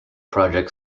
project